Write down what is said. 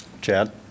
Chad